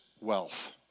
wealth